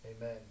amen